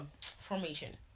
Formation